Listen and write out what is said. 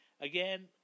Again